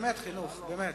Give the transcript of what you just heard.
באמת, חינוך, חינוך.